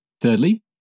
Thirdly